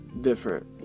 different